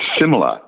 similar